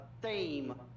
theme